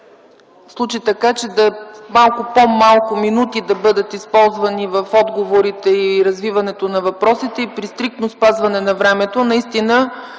случи така, че по-малко минути да бъдат използвани в отговорите и развиването на въпросите, и при стриктно спазване на времето, наистина